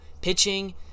pitching